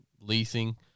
leasing